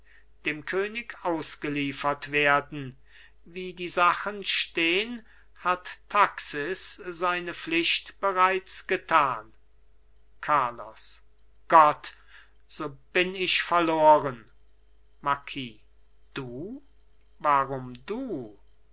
dem könig ausgeliefert werden wie die sachen stehn hat taxis seine pflicht bereits getan carlos gott so bin ich verloren marquis du warum du